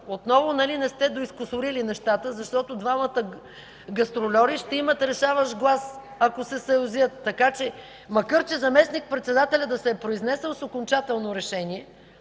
отново не сте доизкусурили нещата, защото двамата гастрольори ще имат решаващ глас, ако се съюзят. (Реплики от ГЕРБ.) Макар че заместник-председателят да се е произнесъл с окончателно решение,